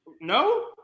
No